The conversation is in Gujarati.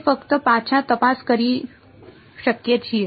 અમે ફક્ત પાછા તપાસ કરી શકીએ છીએ